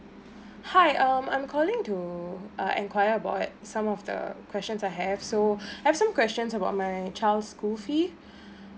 hi um I'm calling to uh enquire about some of the questions I have so I have some questions about my child's school fees